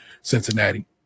Cincinnati